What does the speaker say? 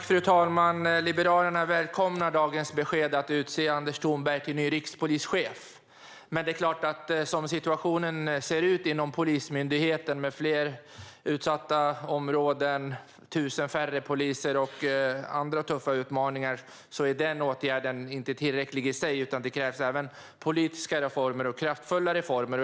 Fru talman! Liberalerna välkomnar dagens besked från regeringen att utse Anders Thornberg till ny rikspolischef. Men det är klart att som situationen ser ut inom Polismyndigheten, när det är fler utsatta områden, 1 000 färre poliser och andra tuffa utmaningar, är denna åtgärd i sig inte tillräcklig. Det krävs även kraftfulla politiska reformer.